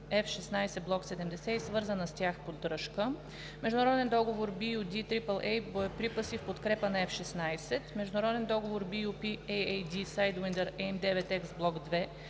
Block 70 и свързана с тях поддръжка“, международен договор BU D-AAA „Боеприпаси в подкрепа на F-16“, международен договор BU-P-AAD „Sidewinder AIM 9X Блок II